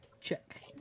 Check